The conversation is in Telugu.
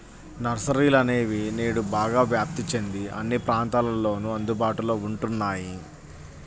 నర్సరీలనేవి నేడు బాగా వ్యాప్తి చెంది అన్ని ప్రాంతాలలోను అందుబాటులో ఉంటున్నాయి